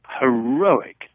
heroic